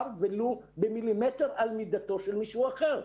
ולו במילימטר על מידתו של מישהו אחר.